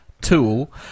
tool